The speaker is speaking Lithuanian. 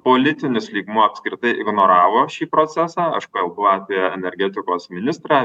politinis lygmuo apskritai ignoravo šį procesą aš kalbu apie energetikos ministrą